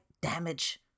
damage